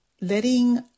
Letting